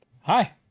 Hi